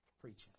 preaching